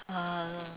ah